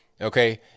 Okay